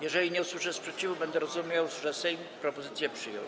Jeżeli nie usłyszę sprzeciwu, będę rozumiał, że Sejm propozycje przyjął.